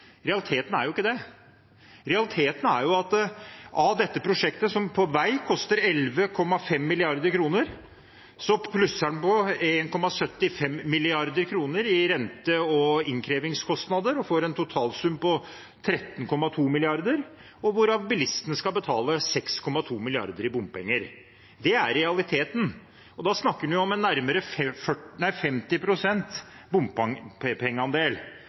Realiteten er jo ikke det. Realiteten er at i dette prosjektet – som på vei koster 11,5 mrd. kr – plusser en på 1,75 mrd. kr i rente- og innkrevingskostnader og får en totalsum på 13,2 mrd. kr, hvorav bilistene skal betale 6,2 mrd. kr i bompenger. Det er realiteten. Da snakker en om nærmere